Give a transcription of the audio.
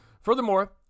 furthermore